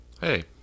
Hey